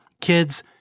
kids